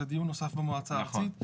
זה דיון נוסף במועצה הארצית.